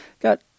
got